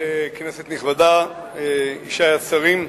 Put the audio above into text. כנסת נכבדה, אישי השרים,